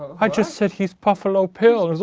i just said he's puffalo pill. and it's